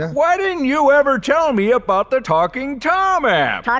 why didn't you ever tell me about the talking tom app?